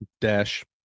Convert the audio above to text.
dash